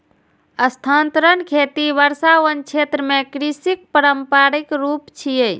स्थानांतरण खेती वर्षावन क्षेत्र मे कृषिक पारंपरिक रूप छियै